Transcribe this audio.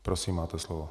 Prosím, máte slovo.